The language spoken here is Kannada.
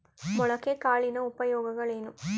ಮೊಳಕೆ ಕಾಳಿನ ಉಪಯೋಗಗಳೇನು?